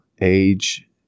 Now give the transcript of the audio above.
age